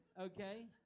Okay